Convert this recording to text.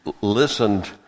listened